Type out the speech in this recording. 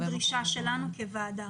זו הדרישה שלנו כוועדה.